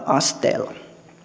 asteella